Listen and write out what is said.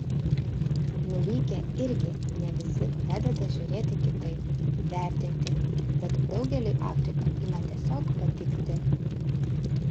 nuvykę irgi ne visi pradeda žiūrėti kitaip vertinti bet daugeliui afrika ima tiesiog patikti